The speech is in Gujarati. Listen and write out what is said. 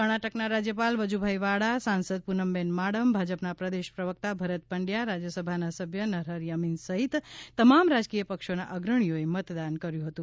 કર્ણાટકના રાજયપાલ વજુભાઇ વાળા સાંસદ પુનમબશ્ન માડમ ભાજપના પ્રદેશ પ્રવકતા ભરત પંડયા રાજયસભાના સભ્ય નરહરી અમીન સહિત તમામ રાજકીય પક્ષોના અગ્રણીઓએ મતદાન કર્યુ હતું